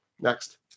Next